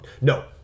No